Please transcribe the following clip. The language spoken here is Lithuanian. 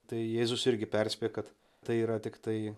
tai jėzus irgi perspėja kad tai yra tiktai